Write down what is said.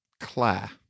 claire